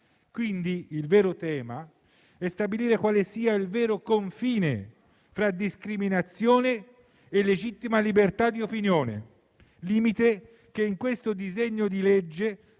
Quindi il vero tema è stabilire quale sia il vero confine tra discriminazione e legittima libertà di opinione, limite che in questo disegno di legge,